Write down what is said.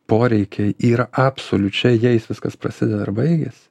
poreikiai yra absoliučiai jais viskas prasideda ir baigiasi